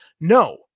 No